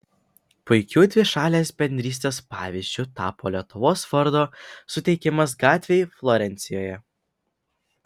puikiu dvišalės bendrystės pavyzdžiu tapo lietuvos vardo suteikimas gatvei florencijoje